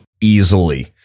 easily